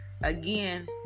again